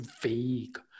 vague